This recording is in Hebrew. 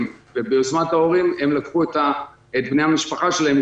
וביוזמת ההורים הם לקחו את בני המשפחה שלהם,